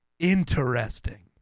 Interesting